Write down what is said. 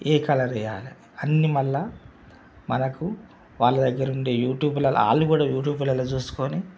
ఏ colour వేయాలి అన్నీ మళ్ళా మనకు వాళ్ళ దగ్గరనుండి యూట్యూబ్లలో వాళ్ళు కూడా యూట్యూబ్లలో చూసుకొని